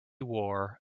war